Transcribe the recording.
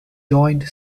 joint